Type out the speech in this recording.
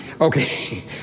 Okay